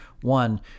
One